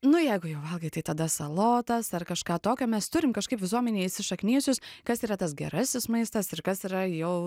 nu jeigu jau valgai tai tada salotas ar kažką tokio mes turim kažkaip visuomenėj įsišaknijusius kas yra tas gerasis maistas ir kas yra jau